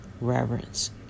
Reverence